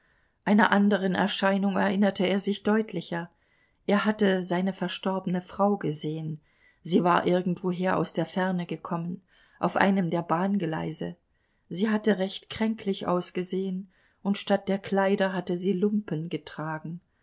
einer anderen erscheinung erinnerte er sich deutlicher er hatte seine verstorbene frau gesehen sie war irgendwoher aus der ferne gekommen auf einem der bahngeleise sie hatte recht kränklich ausgesehen und statt der kleider hatte sie lumpen getragen